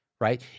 right